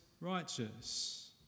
righteous